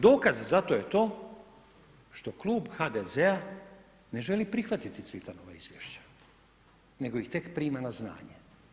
Dokaz za to je to što klub HDZ-a ne želi prihvatiti Cvitanovo izvješće, nego ih tek prima na znanje.